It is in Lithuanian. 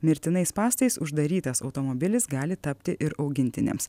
mirtinais spąstais uždarytas automobilis gali tapti ir augintiniams